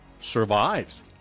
survives